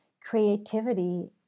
creativity